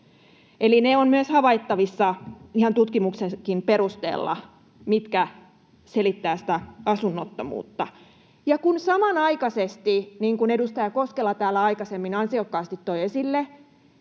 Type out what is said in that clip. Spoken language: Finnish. ne ovat myös havaittavissa ihan tutkimuksenkin perusteella, mitkä selittävät sitä asunnottomuutta. Kun samanaikaisesti, niin kuin edustaja Koskela täällä aikaisemmin ansiokkaasti toi esille,